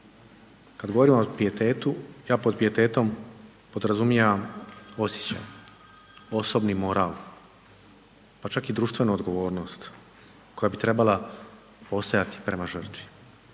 Kad govorimo o pijetetu, ja pod pijetetom podrazumijevam osjećaj, osobni moral, pa čak i društvenu odgovornost koja bi trebala postojati prema žrtvi.